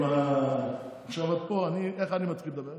עם, עכשיו את פה, איך אני מתחיל לדבר?